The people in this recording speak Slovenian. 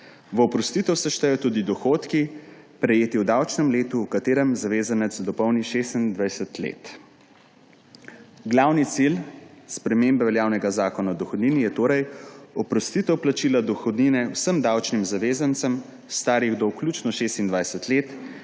v oprostitev se štejejo tudi dohodki, prejeti v davčnem letu, v katerem zavezanec dopolni 26. let.« Glavni cilj spremembe veljavnega zakona o dohodnini je torej oprostitev plačila dohodnine vsem davčnim zavezancem, starih do vključno 26. let,